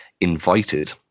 invited